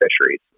fisheries